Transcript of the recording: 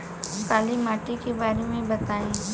काला माटी के बारे में बताई?